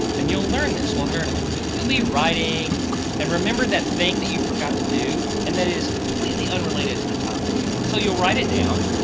and you'll learn this while journaling. you'll be writing and remember that thing you forgot to do, and that is completely unrelated to the topic. so you'll write it down.